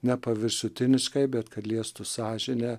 ne paviršutiniškai bet kad liestų sąžinę